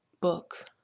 book